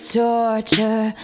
torture